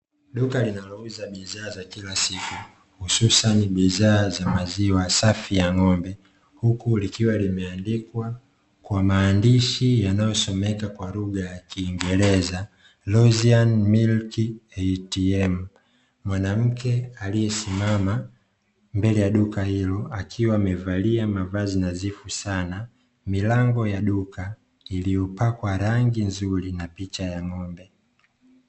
Duka linalouza bidhaa za kila siku hususan bidhaa za maziwa safi ya ng'ombe, huku likiwa limeandikwa kwa maandishi yanayosomeka kwa lugha ya kingereza "LOSIAN MILK ATM". Mwanamke aliyesimama mbele ya duka hilo akiwa amevalia mavazi nadhifu sana, milango ya duka iliyopakwa rangi nzuri na picha ya ng'ombe.